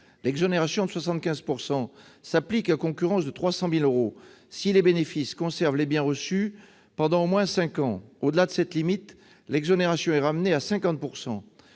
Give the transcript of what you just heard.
L'exonération de 75 % s'applique à concurrence de 300 000 euros si les bénéficiaires conservent les biens reçus pendant au moins cinq ans ; en deçà de cette limite l'exonération est ramenée à 50 %.